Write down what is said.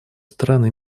стороны